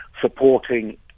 supporting